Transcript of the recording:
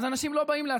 כן.